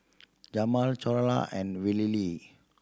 Jamaal Cleola and Wiley Lee